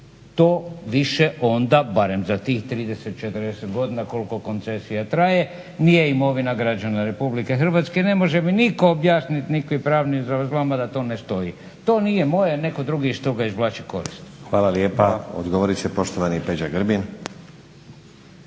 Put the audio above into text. To više onda barem za tih 30,40 godina koliko koncesija traje, nije imovina građana Republike Hrvatske. Ne može mi nitko objasniti nikakve pravne zavrzlame da to ne stoji. To nije moje, neko drugi iz toga izvlači korist. **Stazić, Nenad (SDP)** Hvala lijepa. Odgovorit će poštovani Peđa Grbin.